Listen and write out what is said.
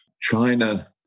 China